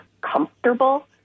comfortable